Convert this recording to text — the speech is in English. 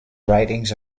writings